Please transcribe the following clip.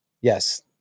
Yes